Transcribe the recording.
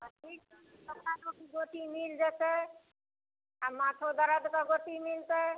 हँ ठीक सभटा गोटी मिल जेतै आ माथो दरदके गोटी मिलतै